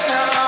Now